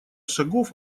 шагов